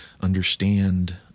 understand